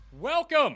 Welcome